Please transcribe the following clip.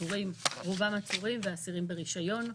רובם עצורים ואסירים ברישיון,